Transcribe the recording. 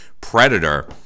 Predator